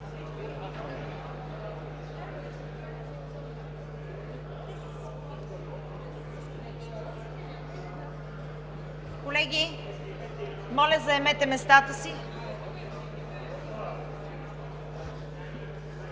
колеги, моля да заемете местата си.